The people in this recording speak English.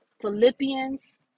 Philippians